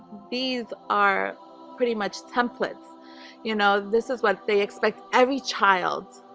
these are pretty much template you know this is what they expect? every child?